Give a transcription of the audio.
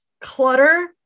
Clutter